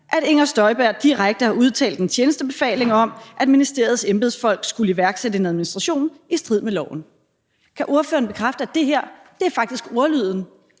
at Inger Støjberg direkte har udtalt en tjenestebefaling om, at ministeriets embedsfolk skulle iværksætte en administration i strid med loven. Kan ordføreren bekræfte, at det her faktisk er ordlyden